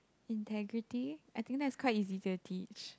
integrity I think that's quite easy to teach